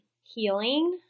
healing